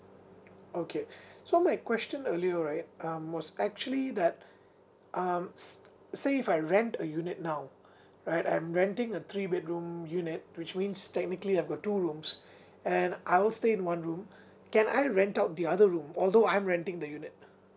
okay so my question earlier right um was actually that um s~ say if I rent a unit now right I'm renting a three bedroom unit which means technically I have uh two rooms and I'll stay in one room can I rent out the other room although I'm renting the unit